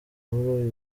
muri